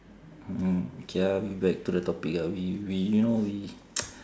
mm K lah back to the topic ah we we you know we